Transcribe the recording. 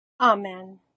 amen